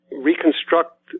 reconstruct